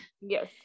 Yes